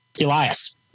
Elias